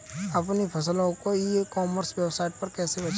अपनी फसल को ई कॉमर्स वेबसाइट पर कैसे बेचें?